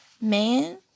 Man